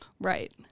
Right